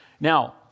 Now